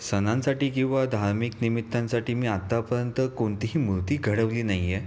सणांसाठी किंवा धार्मिक निमित्तांसाठी मी आत्तापर्यंत कोणतीही मूर्ती घडवली नाही आहे